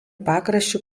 pakraščiu